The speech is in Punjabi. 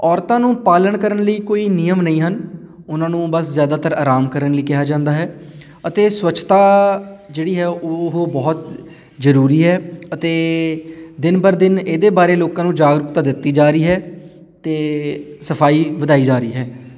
ਔਰਤਾਂ ਨੂੰ ਪਾਲਣ ਕਰਨ ਲਈ ਕੋਈ ਨਿਯਮ ਨਹੀਂ ਹਨ ਉਹਨਾਂ ਨੂੰ ਬਸ ਜ਼ਿਆਦਾਤਰ ਆਰਾਮ ਕਰਨ ਲਈ ਕਿਹਾ ਜਾਂਦਾ ਹੈ ਅਤੇ ਸਵੱਛਤਾ ਜਿਹੜੀ ਹੈ ਉਹ ਬਹੁਤ ਜ਼ਰੂਰੀ ਹੈ ਅਤੇ ਦਿਨ ਬਰ ਦਿਨ ਇਹਦੇ ਬਾਰੇ ਲੋਕਾਂ ਨੂੰ ਜਾਗਰੂਕਤਾ ਦਿੱਤੀ ਜਾ ਰਹੀ ਹੈ ਅਤੇ ਸਫਾਈ ਵਧਾਈ ਜਾ ਰਹੀ ਹੈ